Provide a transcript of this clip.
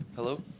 Hello